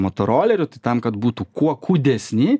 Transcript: motorolerių tam kad būtų kuo kūdesni